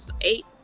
eight